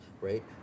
right